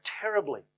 terribly